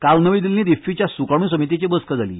काल नवी दिल्लींत इफ्फीच्या सुकाणू समितीची बसका जाली